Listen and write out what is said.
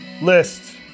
List